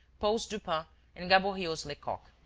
poe's dupin and gaboriau's lecoq,